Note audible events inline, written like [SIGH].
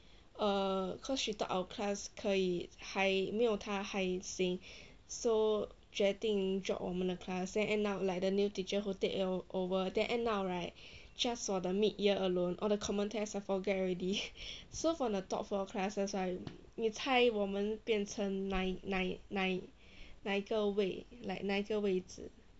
err cause she thought our class 可以还没有他还行 so 决定 drop 我们的 class then end up like the new teacher who take over then end up right just 我的 mid year alone all the common tests I forgot already [LAUGHS] so from the top four classes right 你猜我们变成哪哪哪哪个位 like 哪一个位置